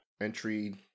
Entry